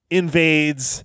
invades